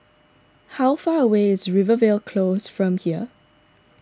how far away is Rivervale Close from here